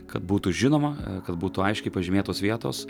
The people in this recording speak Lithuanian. kad būtų žinoma kad būtų aiškiai pažymėtos vietos